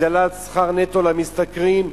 הגדלת שכר נטו למשתכרים,